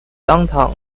downtown